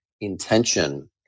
intention